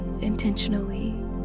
intentionally